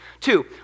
Two